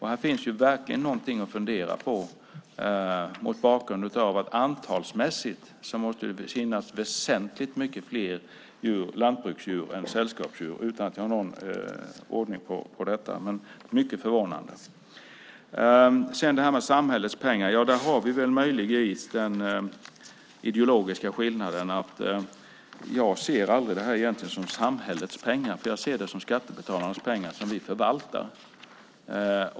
Här finns verkligen någonting att fundera på, mot bakgrund av att det antalsmässigt måste finnas väsentligt mycket fler lantbruksdjur än sällskapsdjur. Jag gör inte någon gradering av detta, men det är mycket förvånande. Sedan gällde det samhällets pengar. Där finns möjligtvis en ideologisk skillnad. Jag ser inte detta som samhällets pengar. Jag ser det som skattebetalarnas pengar som vi förvaltar.